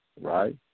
right